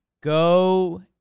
Go